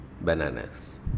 bananas